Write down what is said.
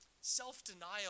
self-denial